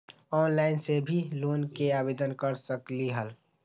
Online से भी loan के आवेदन कर सकलीहल?